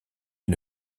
une